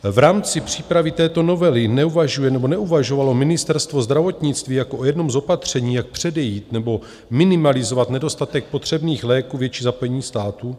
V rámci přípravy této novely neuvažuje nebo neuvažovalo Ministerstvo zdravotnictví jako o jednom z opatření, jak předejít nebo minimalizovat nedostatek potřebných léků, větší zapojení státu?